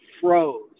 froze